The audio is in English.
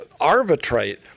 arbitrate